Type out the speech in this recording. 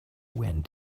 went